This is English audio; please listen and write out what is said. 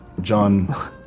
John